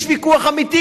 יש ויכוח אמיתי,